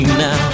now